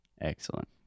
Excellent